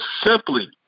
simply